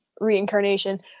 reincarnation